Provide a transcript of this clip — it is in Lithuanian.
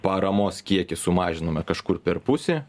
paramos kiekį sumažinome kažkur per pusę